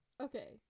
Okay